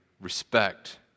respect